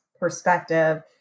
Perspective